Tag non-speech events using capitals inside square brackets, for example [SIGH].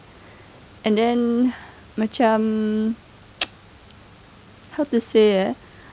and then macam [NOISE] how to say